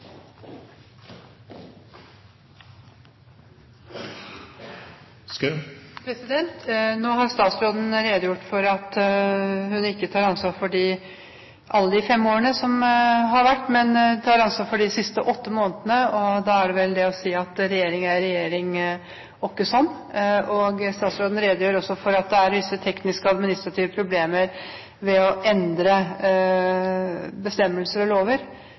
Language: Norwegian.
barn. Nå har statsråden redegjort for at hun ikke tar ansvar for alle de fem årene som har vært, men tar ansvar for de siste åtte månedene. Til det er det vel å si at regjering er regjering, åkkesom. Statsråden redegjør også for at det er visse tekniske og administrative problemer ved det å endre bestemmelser og lover.